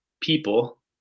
people